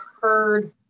heard